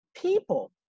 people